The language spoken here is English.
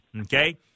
okay